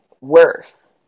worse